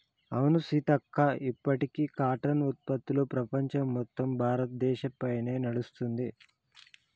అవును సీతక్క ఇప్పటికీ కాటన్ ఉత్పత్తులు ప్రపంచం మొత్తం భారతదేశ పైనే నడుస్తుంది